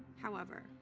however,